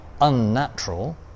unnatural